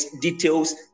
details